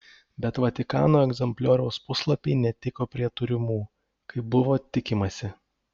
bet vatikano egzemplioriaus puslapiai netiko prie turimų kaip buvo tikimasi